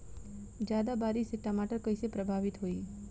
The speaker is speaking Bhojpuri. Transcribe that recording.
ज्यादा बारिस से टमाटर कइसे प्रभावित होयी?